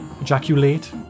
Ejaculate